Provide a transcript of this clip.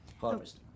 harvest